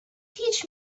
teach